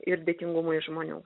ir dėkingumą iš žmonių